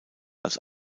als